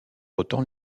autant